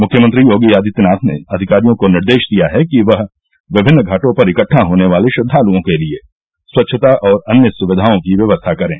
मुख्यमंत्री योगी आदित्यनाथ ने अधिकारियों को निर्देश दिया है कि वह विभिन्न घाटों पर इकट्ठा होने वाले श्रद्वालुओं के लिये स्वच्छता और अन्य सुविधाओं की व्यवस्था करें